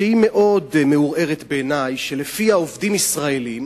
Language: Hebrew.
שהיא מאוד מעורערת בעיני, שעובדים ישראלים,